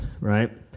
right